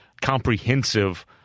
comprehensive